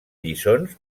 lliçons